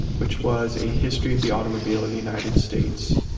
which was a history of the automobile in the united states.